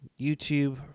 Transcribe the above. YouTube